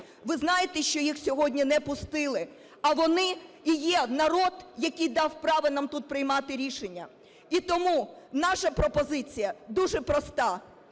Ви знаєте, що їх сьогодні не пустили? А вони і є народ, який дав право нам тут приймати рішення. І тому наша пропозиція дуже проста.